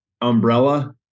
umbrella